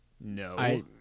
no